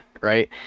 right